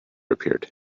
appeared